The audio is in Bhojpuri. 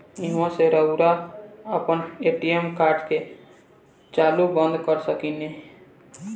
ईहवा से रऊआ आपन ए.टी.एम कार्ड के चालू बंद कर सकेनी